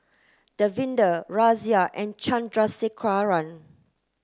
Davinder Razia and Chandrasekaran